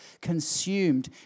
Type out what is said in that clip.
consumed